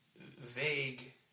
vague